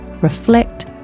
reflect